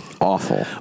Awful